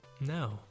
No